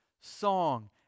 song